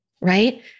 Right